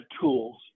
tools